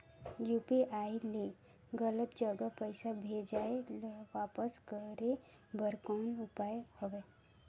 UPI ले गलत जगह पईसा भेजाय ल वापस करे बर कौन उपाय हवय?